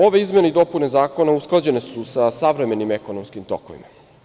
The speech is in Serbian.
Ove izmene i dopune zakona usklađene su sa savremenim ekonomskim tokovima.